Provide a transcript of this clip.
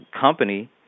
company